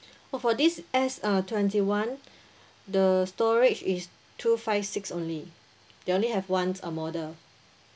for for this S uh twenty one the storage is two five six only they only have one uh model